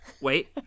Wait